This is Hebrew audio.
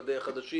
עד (ה) החדשים